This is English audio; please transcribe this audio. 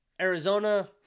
Arizona